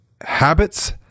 habits